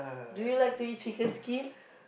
do you like to eat chicken skin